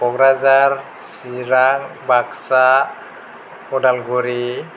Kokrajhar Chirang Baksa Udalguri